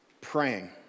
praying